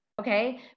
okay